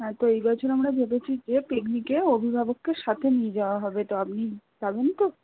হ্যাঁ তো এই বছর আমরা ভেবেছি যে পিকনিকে অভিভাবককে সাথে নিয়ে যাওয়া হবে তো আপনি যাবেন তো